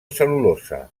cel·lulosa